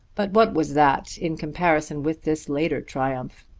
but what was that in comparison with this later triumph?